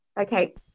Okay